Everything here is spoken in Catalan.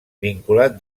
vinculat